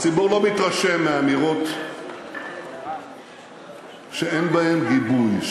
הציבור לא מתרשם מאמירות שאין להן גיבוי,